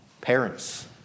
Parents